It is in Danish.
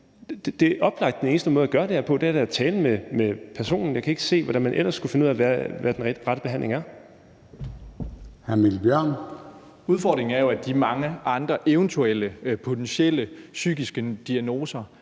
er oplagt, at den eneste måde at gøre det her på er at tale med personen. Jeg kan ikke se, hvordan man ellers skulle finde ud af, hvad den rette behandling er.